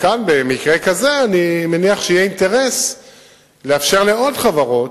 וכאן במקרה כזה אני מניח שיהיה אינטרס לאפשר לעוד חברות,